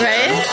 Right